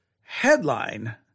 headline